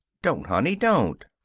don't, honey don't.